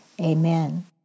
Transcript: Amen